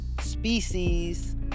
species